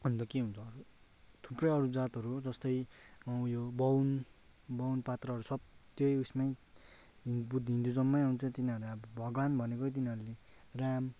अन्त के हुन्छ अरू थुप्रै अरू जातहरू जस्तै यो बाहुन बाहुन पात्रहरू सब त्यही उसमै बुद्ध हिन्दुज्ममै आउँछ तिनीहरू अब भगवान् भनेकै तिनीहरूले राम